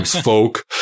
folk